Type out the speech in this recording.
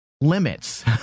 limits